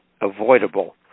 avoidable